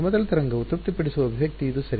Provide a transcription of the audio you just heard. ಸಮತಲ ತರಂಗವು ತೃಪ್ತಿಪಡಿಸುವ ಅಭಿವ್ಯಕ್ತಿ ಇದು ಸರಿ